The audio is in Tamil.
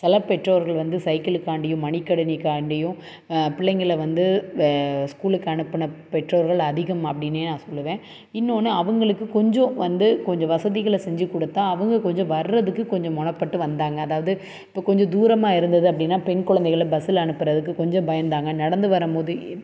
சில பெற்றோர்கள் வந்து சைக்கிளுக்காண்டியும் மடிக்கணினிக்காண்டியும் பிள்ளைங்கள வந்து ஸ்கூலுக்கு அனுப்பின பெற்றோர்கள் அதிகம் அப்படின்னே நான் சொல்லுவேன் இன்னொன்னு அவங்களுக்கு கொஞ்சம் வந்து கொஞ்சம் வசதிகளை செஞ்சு கொடுத்தா அவங்க கொஞ்சம் வர்றதுக்கு கொஞ்சம் மனப்பட்டு வந்தாங்க அதாவது இப்போ கொஞ்சம் தூரமாக இருந்தது அப்படின்னா பெண் குழந்தைகள பஸ்சில் அனுப்புகிறதுக்கு கொஞ்சம் பயந்தாங்க நடந்து வரும்போது